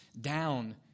down